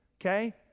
okay